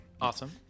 Awesome